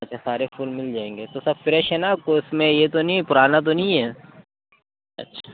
اچھا سارے پھول مل جائیں گے تو سب فریش ہے نا کوئی اُس میں یہ تو نہیں ہے پُرانا تو نہیں ہے اچھا